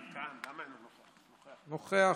נוכח.